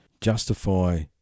justify